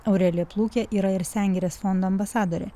aurelija plūkė yra ir sengirės fondo ambasadorė